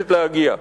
מבוששת להגיע.